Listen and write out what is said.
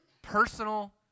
Personal